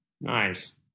Nice